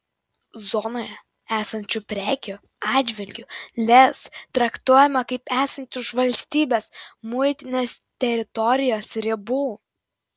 zonoje esančių prekių atžvilgiu lez traktuojama kaip esanti už valstybės muitinės teritorijos ribų